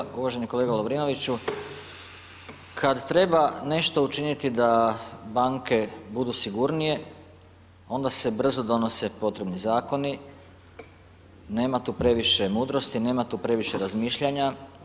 Kolega, uvaženi kolega Lovrinoviću, kada treba nešto učiniti da banke budu sigurnije onda se brzo donose potrebni zakoni, nema tu previše mudrosti, nema tu previše razmišljanja.